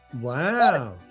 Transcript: Wow